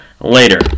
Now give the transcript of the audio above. later